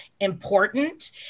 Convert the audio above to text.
important